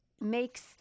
makes –